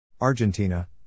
Argentina